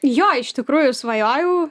jo iš tikrųjų svajojau